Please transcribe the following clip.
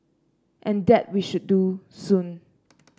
and that we should do soon